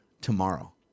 tomorrow